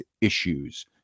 issues